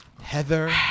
Heather